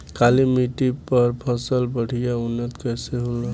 काली मिट्टी पर फसल बढ़िया उन्नत कैसे होला?